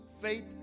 faith